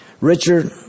Richard